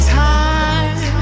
time